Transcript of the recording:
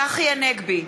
צחי הנגבי,